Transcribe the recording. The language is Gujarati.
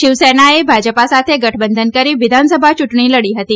શિવસેનાએ ભાજપા સાથે ગઠબંધન કરી વિધાનસભા ચુંટણી લડી હતી